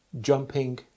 jumping